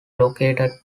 located